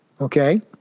Okay